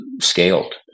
scaled